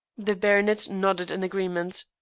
the baronet nodded an agreement.